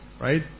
right